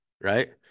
right